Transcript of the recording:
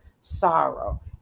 sorrow